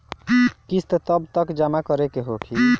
किस्त कब तक जमा करें के होखी?